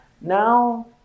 now